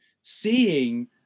seeing